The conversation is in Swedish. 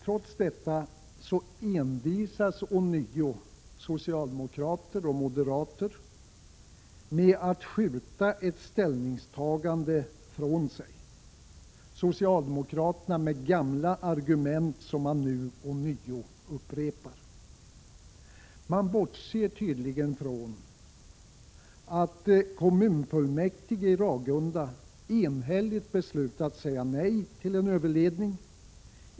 Trots detta envisas ånyo socialdemokrater och moderater med att skjuta ett ställningstagande från sig — socialdemokraterna med gamla argument som de nu ånyo upprepar. De bortser tydligen från att kommunfullmäktige i Ragunda enhälligt beslutat säga nej till en överledning.